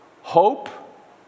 Hope